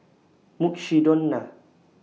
Mukshidonna